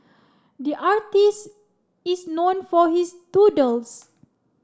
the artist is known for his doodles